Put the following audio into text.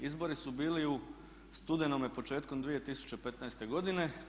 Izbori su bili u studenome početkom 2015. godine.